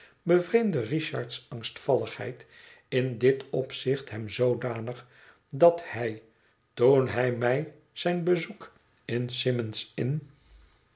bevreemdde richard's angstvalligheid in dit opzicht hem zoodanig dat hij toen hij mij zijn bezoek in symond s inn